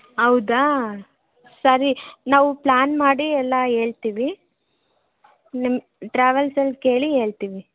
ಹೌದಾ ಸರಿ ನಾವು ಪ್ಲಾನ್ ಮಾಡಿ ಎಲ್ಲ ಹೇಳ್ತೀವಿ ನಿಮ್ಮ ಟ್ರಾವೆಲ್ಸಲ್ಲಿ ಕೇಳಿ ಹೇಳ್ತೀವಿ